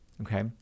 Okay